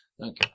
Okay